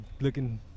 looking